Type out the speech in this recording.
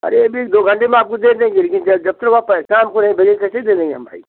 अरे अभी दो घंटे में आपको दे देंगे लेकिन जब आप पैसा हमको नहीं देंगे कैसे दे देंगे हम भाई